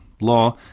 law